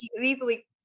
easily